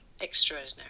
extraordinary